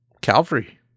Calvary